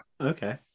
Okay